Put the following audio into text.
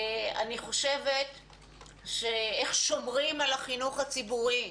איך שומרים על החינוך הציבורי.